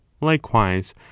likewise